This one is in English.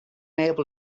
able